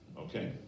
Okay